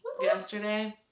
yesterday